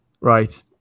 Right